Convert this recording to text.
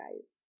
guys